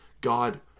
God